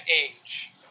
age